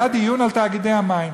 היה דיון על תאגידי המים,